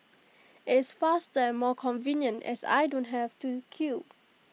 IT is faster and more convenient as I don't have to queue